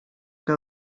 que